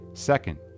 Second